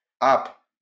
up